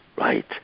right